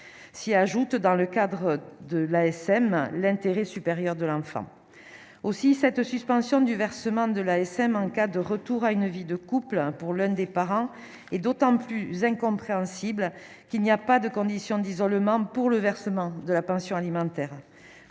s'y ajoutent, dans le cadre de l'ASM, l'intérêt supérieur de l'enfant aussi cette suspension du versement de l'ASM en cas de retour à une vie de couple pour l'un des parents est d'autant plus incompréhensible qu'il n'y a pas de conditions d'isolement pour le versement de la pension alimentaire,